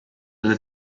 del